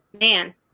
man